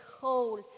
whole